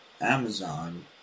Amazon